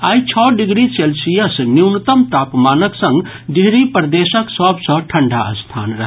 आइ छओ degree Celsius न्यूनतम तापमानक संग डिहरी प्रदेशक सभ सँ ठंढा स्थान रहल